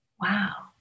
wow